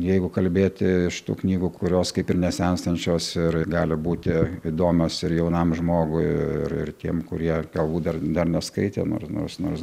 jeigu kalbėti iš tų knygų kurios kaip ir nesenstančios ir gali būti įdomios ir jaunam žmogui ir ir tiems kurie galbūt dar dar neskaitė nors nors nors